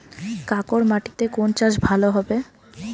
কাঁকর মাটিতে কোন চাষ ভালো হবে?